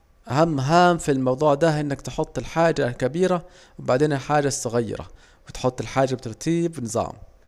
أهم هام في الموضوع ده انك تحط الحاجة الكبيرة وبعدين الصغيرة، وتحط الحاجة بترتيب ونظام